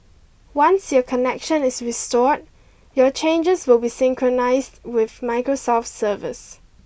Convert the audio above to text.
once your connection is restored your changes will be synchronised with Microsoft's servers